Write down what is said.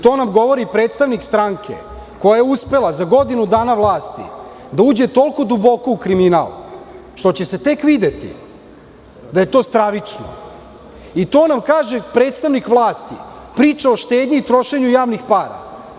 To nam govori predstavnik stranke koja je uspela za godinu dana vlasti da uđe toliko duboko u kriminal, što će se tek videti da je to stravično i to nam kaže predstavnik vlasti, priča o štednji i trošenju javnih para.